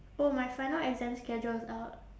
oh my final exam schedule is out